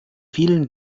vielen